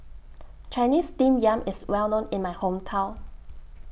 Chinese Steamed Yam IS Well known in My Hometown